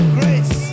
grace